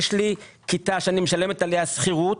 יש לי כיתה שאני משלמת עליה שכירות.